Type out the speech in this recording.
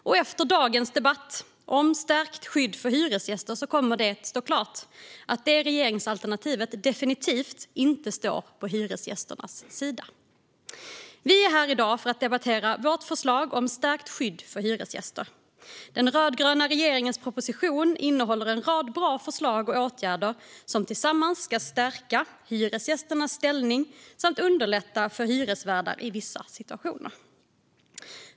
Och efter dagens debatt om stärkt skydd för hyresgäster kommer det att stå klart att det regeringsalternativet definitivt inte står på hyresgästernas sida. Vi är här i dag för att debattera vårt förslag om stärkt skydd för hyresgäster. Den rödgröna regeringens proposition innehåller en rad bra förslag och åtgärder som tillsammans ska stärka hyresgästernas ställning samt underlätta för hyresvärdar i vissa situationer.